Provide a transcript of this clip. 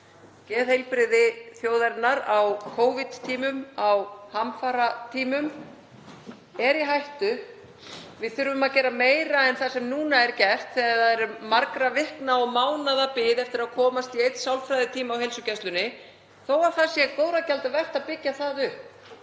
Geðheilbrigði þjóðarinnar á Covid-tímum, á hamfaratímum, er í hættu. Við þurfum að gera meira en það sem nú er gert þegar margra vikna og mánaða bið er eftir því að komast í einn sálfræðitíma hjá heilsugæslunni. Þó að það sé góðra gjalda vert að byggja þá